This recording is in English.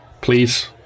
please